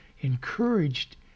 encouraged